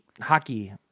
Hockey